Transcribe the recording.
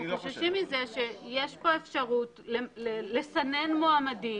אנחנו חוששים מזה שיש פה אפשרות לסנן מועמדים.